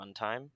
runtime